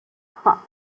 cop